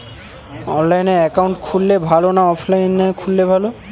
অনলাইনে একাউন্ট খুললে ভালো না অফলাইনে খুললে ভালো?